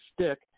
stick